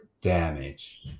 damage